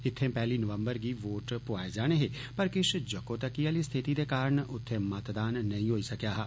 इत्थें पैहली नवम्बर गी वोट पोआए जाने हे पर किष जक्कोतक्की आह्ली स्थिति दे कारण उत्थे मतदान नेई होई सकेआ हा